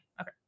Okay